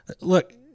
look